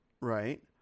Right